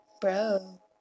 bro